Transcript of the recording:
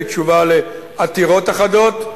בתשובה על עתירות אחדות,